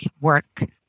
work